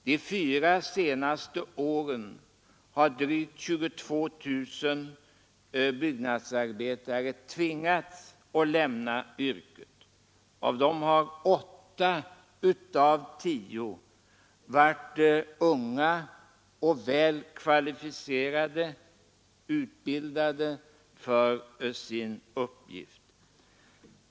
De fyra senaste åren har drygt 22000 byggnadsarbetare tvingats lämna yrket. Av dessa har 8 av 10 varit unga och välutbildade för sin uppgift.